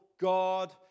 God